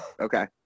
Okay